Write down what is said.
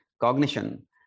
cognition